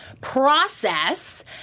process